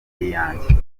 iyanjye